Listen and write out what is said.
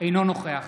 אינו נוכח